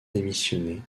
démissionner